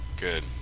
Good